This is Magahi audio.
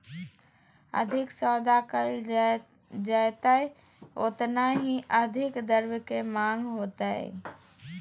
अधिक सौदा कइल जयतय ओतना ही अधिक द्रव्य के माँग होतय